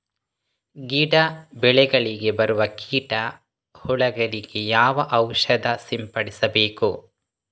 ಗಿಡ, ಬೆಳೆಗಳಿಗೆ ಬರುವ ಕೀಟ, ಹುಳಗಳಿಗೆ ಯಾವ ಔಷಧ ಸಿಂಪಡಿಸಬೇಕು?